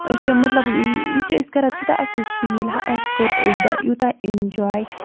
أسۍ چھِ مطلب یہِ چھِ أسۍ کران تیوٗتاہ اَصٕل فیٖل اَسہِ کوٚر اَکہِ دۄہ یوٗتاہ اینجوے